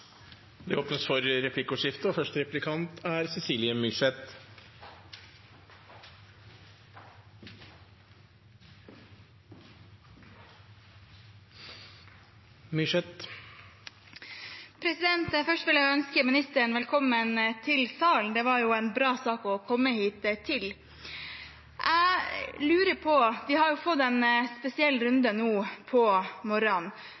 Det blir replikkordskifte. Først vil jeg ønske ministeren velkommen til salen. Det var jo en bra sak å komme hit til. Vi har fått en spesiell runde nå på morgenen.